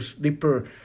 deeper